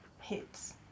hits